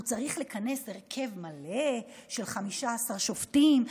הוא צריך לכנס הרכב מלא של 15 שופטים,